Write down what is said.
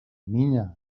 niña